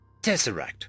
Tesseract